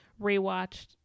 rewatched